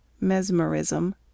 Mesmerism